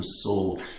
soul